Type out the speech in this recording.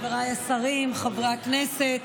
חבריי השרים, חברי הכנסת,